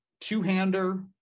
two-hander